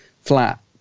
flat